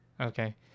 Okay